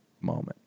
moment